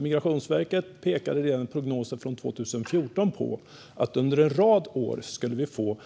Migrationsverket pekade redan i prognosen från 2014 på att vi under en rad år skulle få